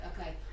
okay